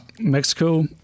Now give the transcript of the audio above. Mexico